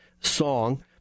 song